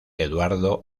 eduardo